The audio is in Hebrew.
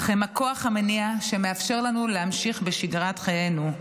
אך הם הכוח המניע שמאפשר לנו להמשיך בשגרת חיינו.